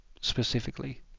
specifically